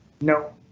No